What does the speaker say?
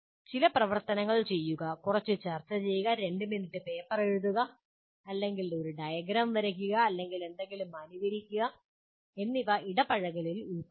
ചില പ്രവർത്തനങ്ങൾ ചെയ്യുക കുറച്ച് ചർച്ച ചെയ്യുക 2 മിനിറ്റ് പേപ്പർ എഴുതുക അല്ലെങ്കിൽ ഒരു ഡയഗ്രം വരയ്ക്കുക അല്ലെങ്കിൽ എന്തെങ്കിലും അനുകരിക്കുക എന്നിവ ഇടപഴകലിൽ ഉൾപ്പെടുന്നു